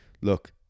look